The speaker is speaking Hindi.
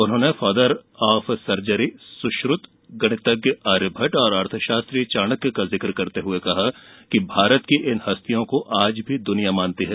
उन्होंने फादर ऑफ सर्जरी सुश्रत गणितज्ञ आर्यभट्ट और अर्थशास्त्री चाणक्य का जिक्र करते हुए कहा कि भारत की इन हस्तियों को आज भी दुनिया मानती है